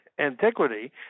antiquity